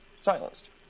silenced